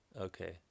Okay